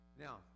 Now